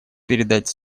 передать